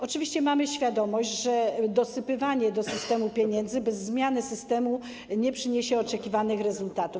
Oczywiście mamy świadomość, że dosypywanie do systemu pieniędzy bez zmiany systemu nie przyniesie oczekiwanych rezultatów.